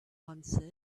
answered